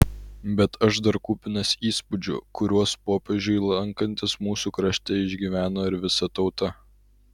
bet aš dar kupinas įspūdžių kuriuos popiežiui lankantis mūsų krašte išgyveno ir visa tauta